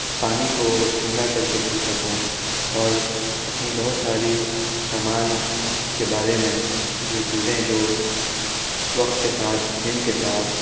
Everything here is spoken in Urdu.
پانی کو ٹھنڈا کر کے پی سکوں اور اپنی بہت ساری سامان کے بارے میں جو چیزیں جو وقت کے ساتھ دِن کے ساتھ